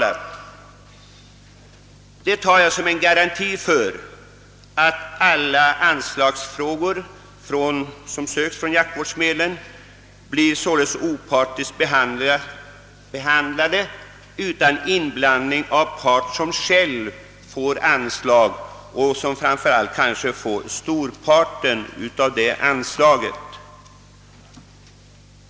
Detta uppfattar jag som en garanti för att alla ansökningar om anslag av jaktvårdsmedel blir opartiskt behandlade, utan inblandning av en part som själv får anslag och till och med erhåller det mesta av anslagsmedlen.